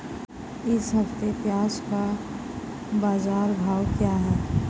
इस हफ्ते प्याज़ का बाज़ार भाव क्या है?